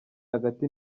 hagati